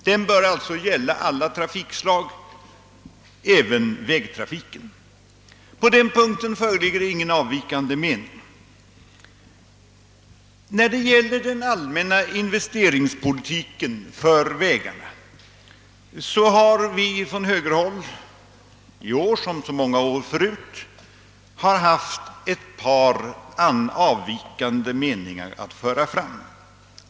Den bör gälla alla trafikslag, även vägtrafiken. På den I fråga om den allmänna investeringspolitiken för vägarna har vi på högerhåll i år som många år förut haft några avvikande meningar att föra fram.